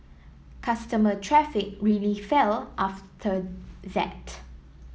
customer traffic really fell after that